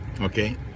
okay